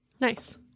Nice